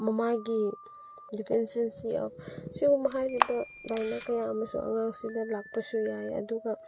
ꯃꯃꯥꯒꯤ deficiency of ꯁꯤꯒꯨꯝꯕ ꯍꯥꯏꯔꯤꯕ ꯂꯥꯏꯅꯥ ꯀꯌꯥ ꯑꯃꯁꯨ ꯑꯉꯥꯡꯁꯤꯡꯗ ꯂꯥꯛꯄꯁꯨ ꯌꯥꯏ ꯑꯗꯨꯒ